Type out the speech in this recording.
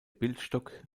bildstock